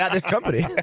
this company